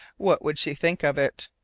what would she think of it?